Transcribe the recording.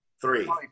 three